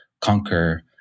conquer